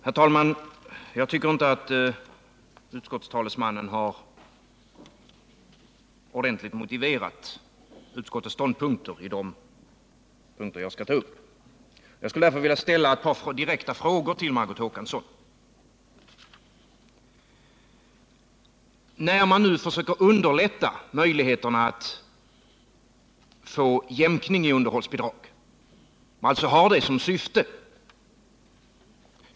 Herr talman! Jag tycker inte att utskottstalesmannen har ordentligt motiverat utskottets ståndpunkter i de punkter jag skall ta upp. Jag skulle därför vilja ställa ett par direkta frågor till Margot Håkansson. Man försöker nu förbättra möjligheterna att få jämkning av underhållsbidrag; man har alltså det som syfte.